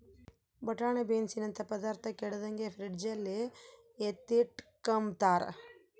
ಬಟಾಣೆ ಬೀನ್ಸನಂತ ಪದಾರ್ಥ ಕೆಡದಂಗೆ ಫ್ರಿಡ್ಜಲ್ಲಿ ಎತ್ತಿಟ್ಕಂಬ್ತಾರ